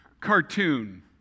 cartoon